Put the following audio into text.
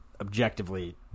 objectively –